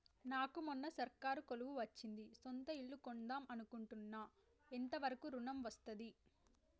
నాకు మొన్న సర్కారీ కొలువు వచ్చింది సొంత ఇల్లు కొన్దాం అనుకుంటున్నా ఎంత వరకు ఋణం వస్తది?